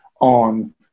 on